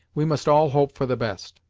we must all hope for the best.